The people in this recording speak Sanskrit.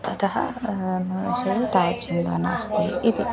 ततः मम विषये तावद् चिन्ता नास्ति इति